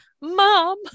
Mom